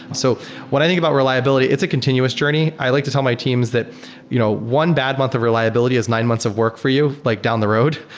so what i think about reliability, it's a continuous journey. i like to tell my teams that you know one bad month of reliability is nine months of work for you like down the road.